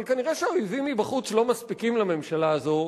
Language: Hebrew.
אבל כנראה האויבים מבחוץ לא מספיקים לממשלה הזאת,